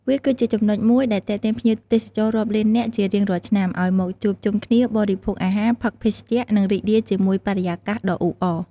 វាគឺជាចំណុចមួយដែលទាក់ទាញភ្ញៀវទេសចររាប់លាននាក់ជារៀងរាល់ឆ្នាំ ឲ្យមកជួបជុំគ្នា បរិភោគអាហារ ផឹកភេសជ្ជៈ និងរីករាយជាមួយបរិយាកាសដ៏អ៊ូអរ។